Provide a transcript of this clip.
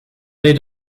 they